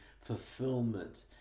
fulfillment